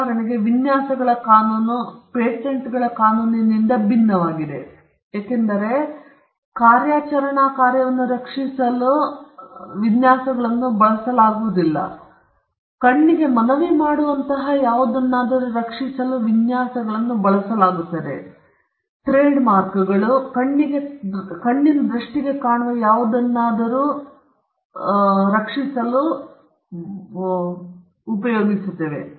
ಉದಾಹರಣೆಗೆ ವಿನ್ಯಾಸಗಳ ಕಾನೂನು ಪೇಟೆಂಟ್ಗಳ ಕಾನೂನಿನಿಂದ ಭಿನ್ನವಾಗಿದೆ ಏಕೆಂದರೆ ಕಾರ್ಯಾಚರಣಾ ಕಾರ್ಯವನ್ನು ರಕ್ಷಿಸಲು ವಿನ್ಯಾಸಗಳನ್ನು ಬಳಸಲಾಗುವುದಿಲ್ಲ ಕಣ್ಣಿಗೆ ಮನವಿ ಮಾಡುವಂತಹ ಯಾವುದನ್ನಾದರೂ ರಕ್ಷಿಸಲು ವಿನ್ಯಾಸಗಳನ್ನು ಬಳಸಲಾಗುತ್ತದೆ ಟ್ರೇಡ್ಮಾರ್ಕ್ಗಳು ಕಣ್ಣಿನ ದೃಷ್ಟಿಗೆ ಕಾಣುವ ಯಾವುದನ್ನಾದರೂ ಆದರೆ ಅದರ ಹಿಂದಿನ ಕಾರ್ಯವನ್ನು ಹೊಂದಿಲ್ಲ